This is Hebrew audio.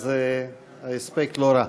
אז ההספק לא רע.